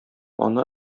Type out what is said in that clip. ана